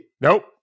Nope